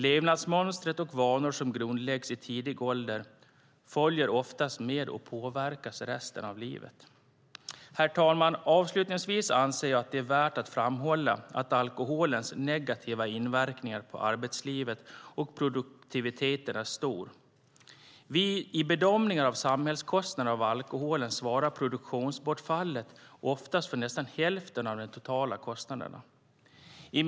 Levnadsmönster och vanor som grundläggs i tidig ålder följer ofta med och påverkar individen resten av livet. Herr talman! Avslutningsvis anser jag det värt att framhålla att alkoholens negativa inverkan på arbetsliv och produktivitet är stor. I bedömningar av samhällskostnader av alkohol svarar produktionsbortfall ofta för nästan hälften av de totala kostnaderna.